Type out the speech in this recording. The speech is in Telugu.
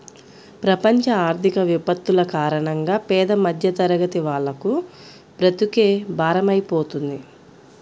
ప్రపంచ ఆర్థిక విపత్తుల కారణంగా పేద మధ్యతరగతి వాళ్లకు బ్రతుకే భారమైపోతుంది